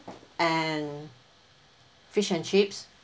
and fish and chips